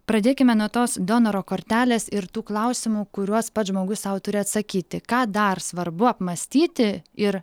pradėkime nuo tos donoro kortelės ir tų klausimų kuriuos pats žmogus sau turi atsakyti ką dar svarbu apmąstyti ir